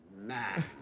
man